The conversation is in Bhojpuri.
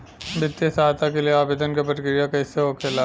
वित्तीय सहायता के लिए आवेदन क प्रक्रिया कैसे होखेला?